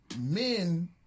men